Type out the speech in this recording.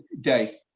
day